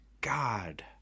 God